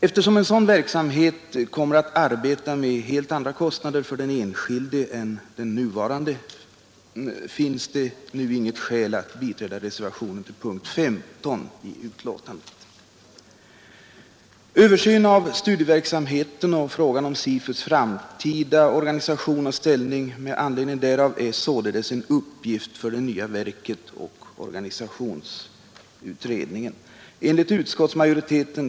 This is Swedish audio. Eftersom en sådan verksamhet kommer att arbeta med helt andra kostnader för den enskilde än den nuvarande finns det inget skäl att biträda reservationen vid punkten 15 i utskottsbetänkandet. Översyn av studieverksamheten och frågan om SIFU: framtida organisation och ställning med anledning därav är enligt utskottets mening en uppgift för det nya verket och organisationsutredningen.